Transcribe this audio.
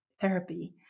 therapy